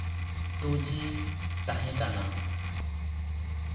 two ᱡᱤ ᱛᱟᱦᱮᱸ ᱠᱟᱱᱟ